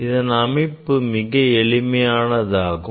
இதன் அமைப்பு மிக எளிமையானதாகும்